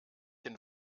den